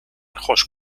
خوش